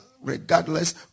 regardless